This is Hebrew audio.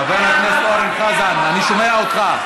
חבר הכנסת אורן חזן, אני שומע אותך.